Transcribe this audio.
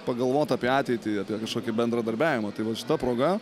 pagalvot apie ateitį apie kažkokį bendradarbiavimą tai va šita proga